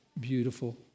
beautiful